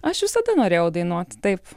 aš visada norėjau dainuoti taip